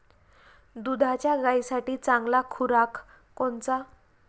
दुधाच्या गायीसाठी चांगला खुराक कोनचा?